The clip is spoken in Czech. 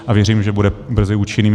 A věřím, že bude brzy účinným.